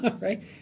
right